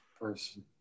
person